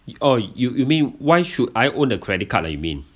oh you you mean why should I own a credit card like you mean